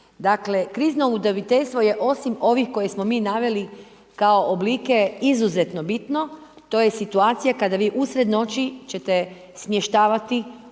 Dakle, krizno udomiteljstvo je osim ovih koje smo mi naveli kao oblike, izuzetno bitno. To je situacija kada vi usred noći ćete smještavati